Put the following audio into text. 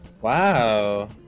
Wow